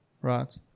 right